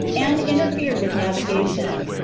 and interfered with navigation.